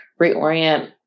reorient